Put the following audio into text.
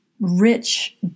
rich